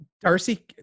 Darcy